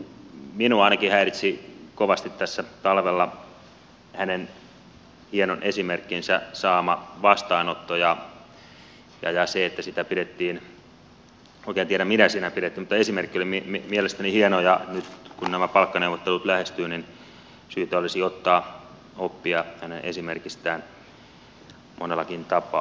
minua ainakin häiritsi kovasti tässä talvella hänen hienon esimerkkinsä saama vastaanotto ja se että sitä pidettiin en oikein tiedä minä sitä pidettiin mutta esimerkki oli mielestäni hieno ja nyt kun nämä palkkaneuvottelut lähestyvät niin syytä olisi ottaa oppia hänen esimerkistään monellakin tapaa